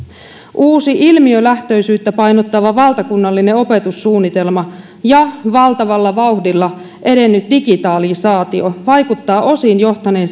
uusi ilmiölähtöisyyttä painottava valtakunnallinen opetussuunnitelma ja valtavalla vauhdilla edennyt digitalisaatio vaikuttavat osin johtaneen